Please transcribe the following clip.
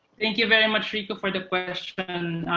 thank you very much rico for the question.